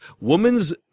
Woman's